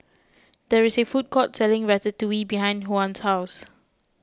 there is a food court selling Ratatouille behind Juan's house